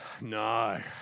No